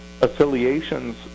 affiliations